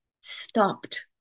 stopped